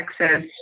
access